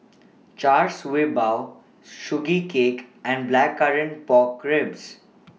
Char Siew Bao Sugee Cake and Blackcurrant Pork Ribs